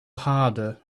harder